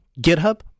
GitHub